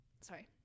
Sorry